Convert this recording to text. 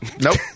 Nope